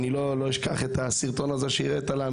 אני לא אשכח את הסרטון הזה שהראית לנו